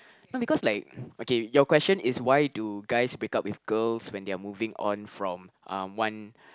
no because like okay your question is why do guys break up with girls when they are moving on from um one